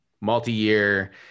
multi-year